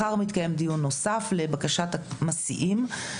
מחר מתקיים דיון נוסף לבקשת המסיעים.